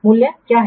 मूल्य क्या है